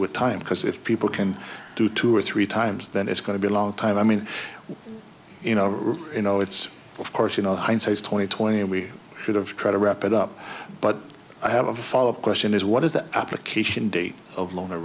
with time because if people can do two or three times then it's going to be a long time i mean you know you know it's of course you know hindsight is twenty twenty and we should have tried to wrap it up but i have a follow up question is what is that application date of l